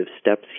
steps